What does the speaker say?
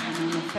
אשריך,